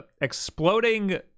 exploding